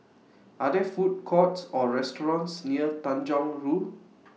Are There Food Courts Or restaurants near Tanjong Rhu